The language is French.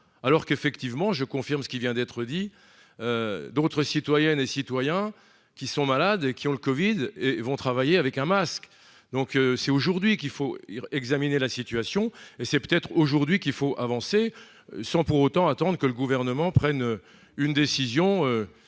alors qu'effectivement, je confirme ce qui vient d'être dit, d'autres citoyennes et citoyens qui sont malades et qui ont le Covid et vont travailler avec un masque, donc c'est aujourd'hui qu'il faut examiner la situation et c'est peut-être aujourd'hui qu'il faut avancer, sans pour autant attendre que le gouvernement prenne une décision